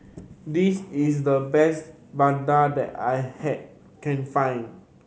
this is the best vadai that I can find